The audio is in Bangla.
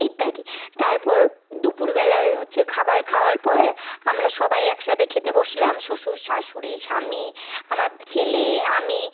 ইত্যাদি তারপর দুপুরবেলার হচ্ছে খাবার খাওয়ার পর আমরা সবাই একসাথে খেতে বসলাম শ্বশুর শাশুড়ি স্বামী আমার ছেলে আমি